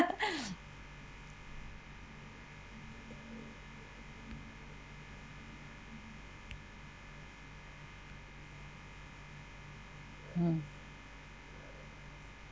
mm